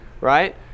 right